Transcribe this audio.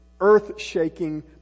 earth-shaking